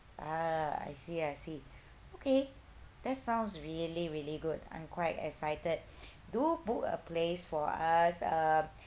ah I see I see okay that sounds really really good I'm quite excited do book a place for us um